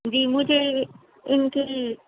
جی مجھے اِن کی